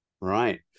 Right